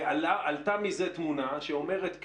ועלתה מזה תמונה שאומרת,